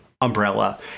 umbrella